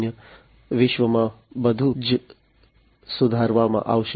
0 વિશ્વમાં બધુ જ સુધારવામાં આવશે